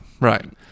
Right